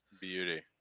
Beauty